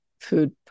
food